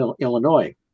Illinois